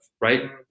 Right